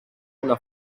una